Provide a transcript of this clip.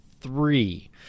three